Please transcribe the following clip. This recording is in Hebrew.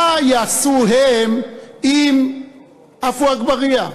מה יעשו הם עם עפו אגבאריה,